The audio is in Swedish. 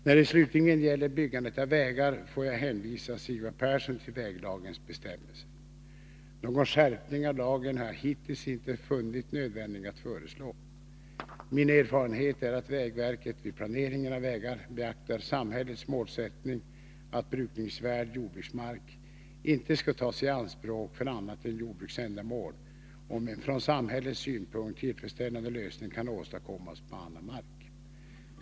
När det slutligen gäller byggandet av vägar får jag hänvisa Sigvard Persson till väglagens bestämmelser. Någon skärpning av lagen har jag hittills inte funnit nödvändig att föreslå. Min erfarenhet är att vägverket vid planeringen av vägar beaktar samhällets målsättning att brukningsvärd jordbruksmark inte skall tas i anspråk för annat än jordbruksändamål om en från samhällets synpunkt tillfredsställande lösning kan åstadkommas på annan mark.